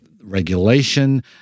regulation